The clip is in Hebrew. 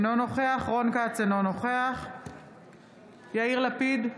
אינו נוכח רון כץ, אינו נוכח יאיר לפיד,